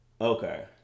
Okay